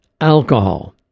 Alcohol